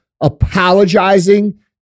apologizing